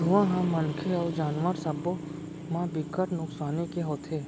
धुंआ ह मनखे अउ जानवर सब्बो म बिकट नुकसानी के होथे